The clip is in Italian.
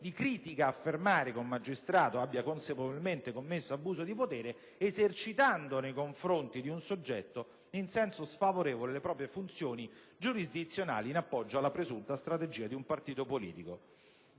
di critica affermare che un magistrato ha consapevolmente commesso abuso di potere esercitando nei confronti di un soggetto in senso sfavorevole le proprie funzioni giurisdizionali in appoggio alla presunta strategia di un partito politico.